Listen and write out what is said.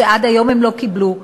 ועד היום הם לא קיבלו זאת.